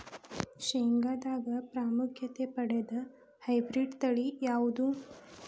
ಶೇಂಗಾದಾಗ ಪ್ರಾಮುಖ್ಯತೆ ಪಡೆದ ಹೈಬ್ರಿಡ್ ತಳಿ ಯಾವುದು?